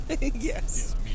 Yes